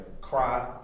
Cry